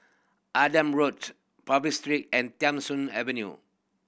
Adam Road Purvis Street and Tham Soong Avenue